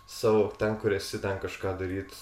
savo ten kur esi ten kažką daryt